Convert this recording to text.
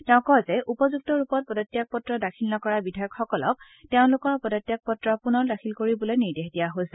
তেওঁ কয় যে উপযুক্ত ৰূপত পদত্যাগ পত্ৰ দাখিল নকৰা বিধায়কসকলক তেওঁলোকৰ পদত্যাগপত্ৰ পুনৰ দাখিল কৰিবলৈ নিৰ্দেশ দিয়া হৈছে